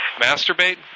masturbate